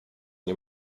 nie